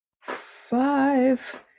five